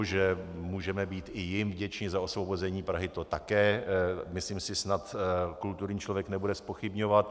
Že můžeme být i jim vděčni za osvobození Prahy, to také myslím si snad kulturní člověk nebude zpochybňovat.